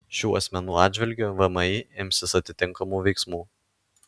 šių asmenų atžvilgiu vmi imsis atitinkamų veiksmų